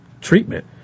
treatment